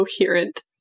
coherent